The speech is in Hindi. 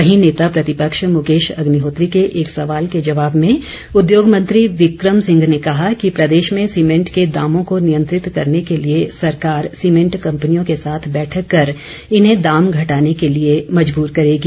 वहीं नेता प्रतिपक्ष मुकेश अग्निहोत्री के एक सवाल के जवाब में उद्योग मंत्री बिक्रम सिंह ने कहा कि प्रदेश में सीमेंट के दामों को नियंत्रित करने के लिए सरकार सीमेंट कंपनियों के साथ बैठक कर इन्हें दाम घटाने के लिए मजबूर करेगी